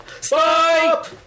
Stop